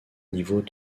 niveaux